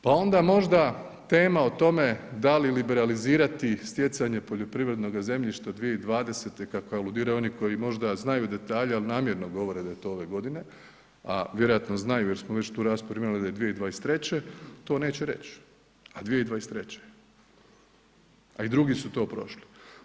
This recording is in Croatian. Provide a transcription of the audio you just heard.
Pa onda možda tema o tome da li liberalizirati stjecanje poljoprivrednoga zemljišta 2020. kako aludiraju oni koji možda znaju detalje ali namjerno govore da je to ove godine, a vjerojatno znaju jer smo već tu raspravu imali da je 2023., to neće reći, a 2023. je, a i drugi su to prošli.